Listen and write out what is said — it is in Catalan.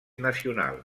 nacional